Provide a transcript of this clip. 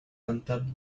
untaped